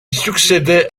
succédait